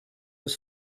was